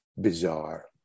bizarre